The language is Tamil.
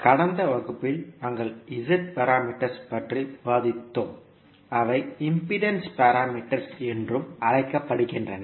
கடந்த வகுப்பில் நாங்கள் Z பாராமீட்டர்ஸ் பற்றி விவாதித்தோம் அவை இம்பிடேன்ஸ் பாராமீட்டர்ஸ் என்றும் அழைக்கப்படுகின்றன